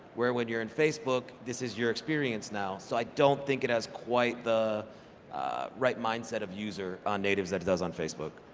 where when you're in facebook, this is your experience now, so i don't think it has quite the right mindset of user on natives that it does on facebook.